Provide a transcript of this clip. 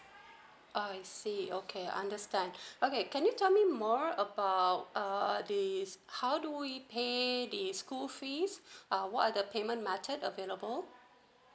I see okay understand okay can you tell me more about err this how do we pay the school fees uh what are the payment method available